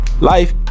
life